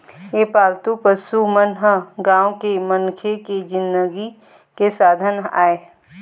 ए पालतू पशु मन ह गाँव के मनखे के जिनगी के साधन आय